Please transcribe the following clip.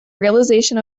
realization